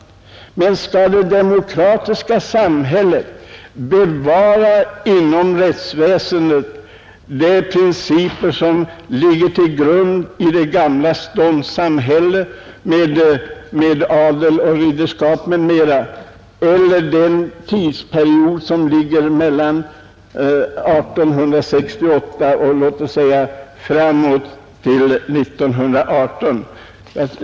Skall då vårt demokratiska samhälle inom rättsväsendet bevara de principer som låg till grund för det gamla ståndssamhället med adel och ridderskap m.m. eller för tidsperioden mellan 1868 och låt oss säga 1918?